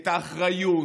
את האחריות,